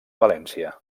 valència